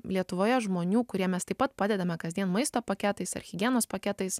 lietuvoje žmonių kurie mes taip pat padedame kasdien maisto paketais ar higienos paketais